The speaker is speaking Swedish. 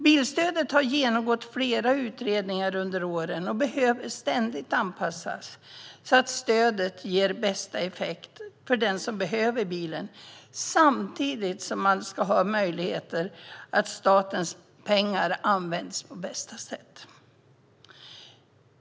Bilstödet har varit föremål för flera utredningar under åren och behöver ständigt anpassas, så att stödet ger bästa effekt för den som behöver bilen samtidigt som statens pengar används på bästa sätt.